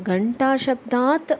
घण्टाशब्दात्